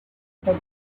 the